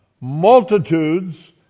multitudes